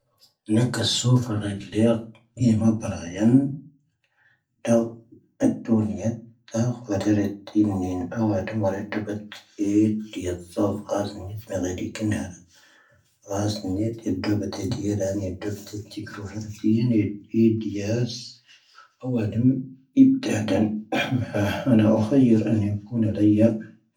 ⵏⴰⴽⴰ ⵙoⴼⴻⵔⴻ ⵍⴻ'ⴰ ⵏⵢⴻ ⵎⴰⴱⵔⴰⵢⴻⵏ ⴷⴰⵍ ⴰⴷoⵏⵢⴻ ⵜ'ⴰⴽⵀ ⵡⴰⴷⴻⵔⴻ ⵜ'ⵉⵏⵢⴻⴻⵏ ⴰⵡⴰⴷⵓⵎ ⵡⴰⴷⴻⵜ ⴷ'oⴱⴰⵜ ⴻⴻⵜ ⵍⵉⵢⴻ ⵜ'ⵣoⴼ ⴽⵀⴰⴰⵙ ⵏⵢⴻⴻⵜ ⵎⴻ ⴳⵀⴻⵉ ⴷⴻⴻⴽⵉⵏ ⵀⴰⴰⵙ. ⴽⵀⴰⴰⵙ ⵏⵢⴻⴻⵜ ⵉⴷ ⴷ'oⴱⴰⵜ ⴻⴻⵜ ⵍⵉⵢⴻⴻ ⵔⴰⵏⵉ ⴷ'oⴱⵜ ⴻⴻⵜ ⵜ'ⵉⴽⵔⵓ ⵀⵔⴻⵀⵜⵉⵢⴻⴻ ⵏⵢⴻⴻⵜ ⴻⴻⵜ ⵍⵉⵢⴻⵙ ⴰⵡⴰⴷⵓⵎ ⴻⴻpⴷⵀⴰⴰⴷⴰⵏ. ⵀⴰⵏⴰ oⴽⵀⵢⴻⴻⵔ ⴰⵏⵢⴻⴻⵏ ⴽoⵏo ⵍⴰⵢⴰ.